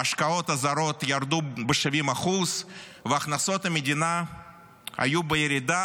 ההשקעות הזרות ירדו ב-70% והכנסות המדינה היו בירידה,